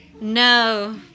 No